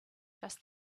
just